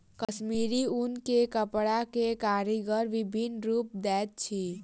कश्मीरी ऊन के कपड़ा के कारीगर विभिन्न रूप दैत अछि